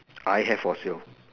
I have fossil